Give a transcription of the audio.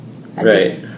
Right